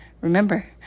remember